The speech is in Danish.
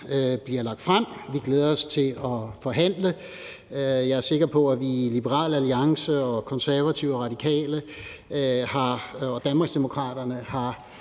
bliver lagt frem. Vi glæder os til at forhandle. Jeg er sikker på, at vi i Liberal Alliance, Konservative, Radikale og